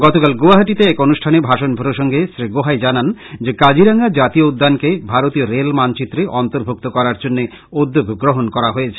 গতকাল গৌহাটীতে এক অনুষ্ঠানে ভাষণ প্রসঙ্গে শ্রী গোহাই জানান যে কাজিরাঙ্গা জাতীয় উদ্যানকে ভারতীয় রেল মানচিত্রে অর্ন্তভুক্ত করার জন্য উদ্যোগ গ্রহণ করা হয়েছে